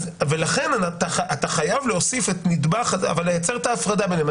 ולכן אתה חייב להוסיף את נדבך ה אבל לייצר את ההפרדה ביניהם.